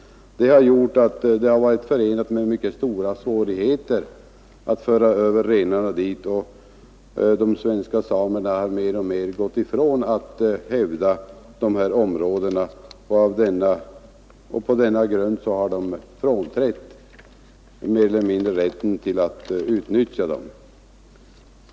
Det har alltså varit förenat med mycket stora svårigheter att föra över renarna dit, och de svenska samerna har mer och mer avstått från att hävda sin rätt att använda dessa områden. På denna grund har de mer eller mindre frånträtt rätten att utnyttja den.